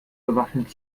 bewaffnet